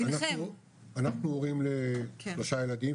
אנחנו הורים לשלושה ילדים,